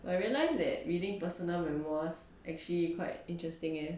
I realise that reading personal memoirs actually quite interesting eh